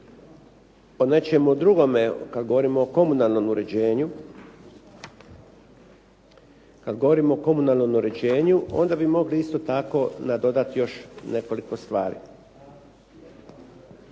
o nečemu drugome, kad govorimo o komunalnom uređenju onda bi mogli isto tako nadodati još nekoliko stvari.